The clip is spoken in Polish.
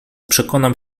przekonam